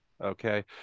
Okay